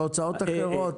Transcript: בהוצאות אחרות.